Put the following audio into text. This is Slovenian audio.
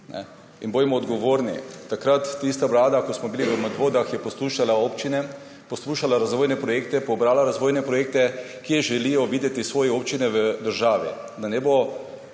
Bodimo odgovorni. Tista vlada, ko smo bili v Medvodah, je poslušala občine, poslušala razvojne projekte, pobrala razvojne projekte, kje želijo videti svoje občine v državi, da ne bo